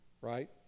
right